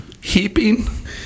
Heaping